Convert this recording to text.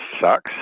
sucks